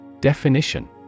Definition